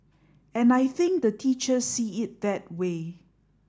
and I think the teachers see it that way